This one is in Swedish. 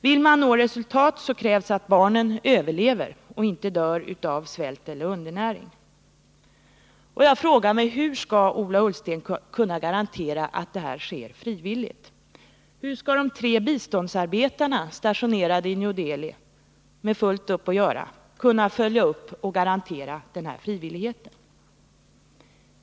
Vill man nå resultat, så krävs att barnen överlever och inte dör av svält eller undernäring. Och jag frågar mig: Hur skall Ola Ullsten kunna garantera att det här sker frivilligt? Hur skall de tre biståndsarbetarna, stationerade i New Delhi och med fullt upp att göra, kunna följa upp och garantera frivilligheten?